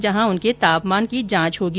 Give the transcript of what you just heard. जहां उनके तापमान की जांच होगी